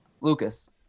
Lucas